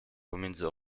pomiędzy